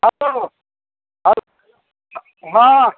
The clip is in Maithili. कतऽ यौ हँ